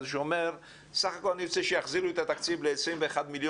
שאומר סך הכל אני רוצה שיחזירו את התקציב ל-21,000,000